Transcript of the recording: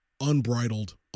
unbridled